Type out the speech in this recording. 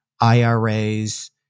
IRAs